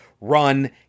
run